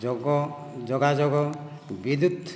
ଯୋଗ ଯୋଗାଯୋଗ ବିଦ୍ୟୁତ୍